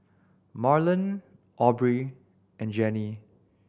Marlen Aubree and Jenny